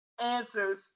answers